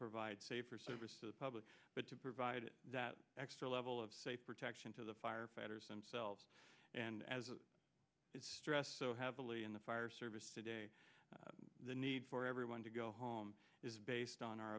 provide safer services public but to provide that extra level of say protection to the firefighters themselves and as it stressed so heavily in the fire service today the need for everyone to go home is based on our